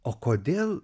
o kodėl